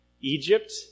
Egypt